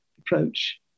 approach